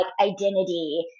identity